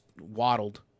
waddled